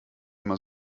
immer